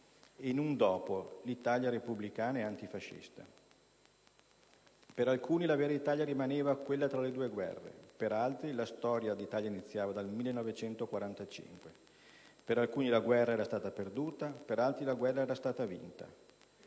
e in un dopo (l'Italia repubblicana e antifascista). Per alcuni la vera Italia rimaneva quella tra le due guerre, per altri la storia d'Italia iniziava dal 1945. Per alcuni la guerra era stata perduta, per altri la guerra era stata vinta.